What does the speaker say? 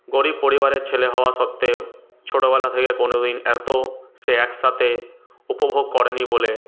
গরিব পরিবারের ছেলে হওয়া সত্বেও ছোটবেলা থেকে কোনোদিন এত সে একসাথে উপভোগ করেনি বলে